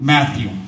Matthew